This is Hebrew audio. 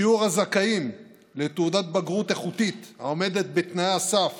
שיעור הזכאים לתעודת בגרות איכותית העומדת בתנאי הסף